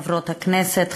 חברות הכנסת,